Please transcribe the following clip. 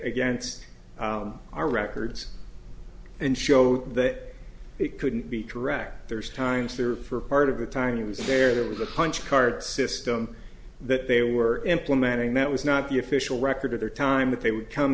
against our records and show that it couldn't be tracked there's times for part of the time he was there that was the punch card system that they were implementing that was not the official record of their time that they would come